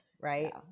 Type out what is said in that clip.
right